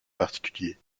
particulier